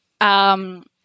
Um-